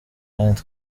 kandi